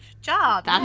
job